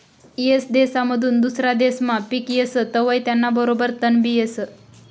येक देसमाधून दुसरा देसमा पिक येस तवंय त्याना बरोबर तणबी येस